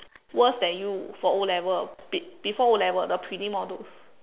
worse than you for O-level be~ before O-level the prelim all those